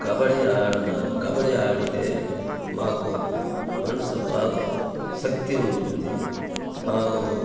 కబడ్డీ ఆడిన కబడ్డీ ఆడితే మాకు మనసు బాగా శక్తి ఉంటుంది బాగా